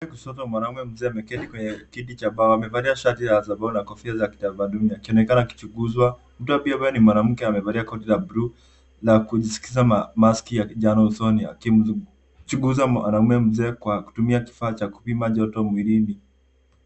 Upande wa kushoto mwanaume ameketi kwenye kiti cha mbao amevalia shati la zambarau na kofia za kitamaduni akionekana akichunguzwa , mtu ambaye ni mwanamke amevalia koti la bluu na kujisikiza maski masikioni na kuonekana akichunguza mwanaume mzee akitumia kifaa cha kupima joto mwilini.